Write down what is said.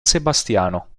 sebastiano